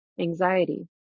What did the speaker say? anxiety